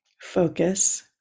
focus